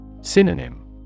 Synonym